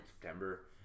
September